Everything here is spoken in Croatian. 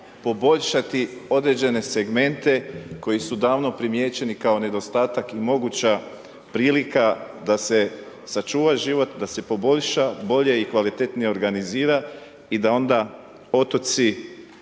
poboljšati određene segmente koji su davno primijećeni kao nedostatak i moguća prilika da se sačuva život, da se poboljša bolje i kvalitetnije organizira i da onda otoci